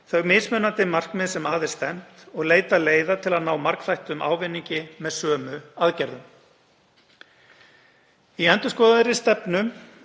þau mismunandi markmið sem að er stefnt og leita leiða til að ná margþættum ávinningi með sömu aðgerðum. Í endurskoðaðri stefnu